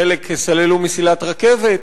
בחלק סללו מסילת רכבת.